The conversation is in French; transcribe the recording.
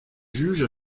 juge